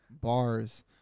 bars